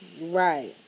right